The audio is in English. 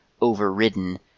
overridden